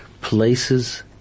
places